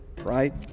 right